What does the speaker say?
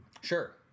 Sure